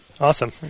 Awesome